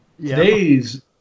Today's